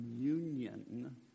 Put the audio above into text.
Communion